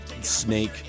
Snake